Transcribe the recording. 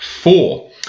four